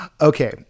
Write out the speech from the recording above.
Okay